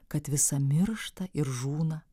kad visa miršta ir žūna